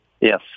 Yes